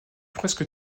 presque